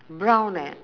brown eh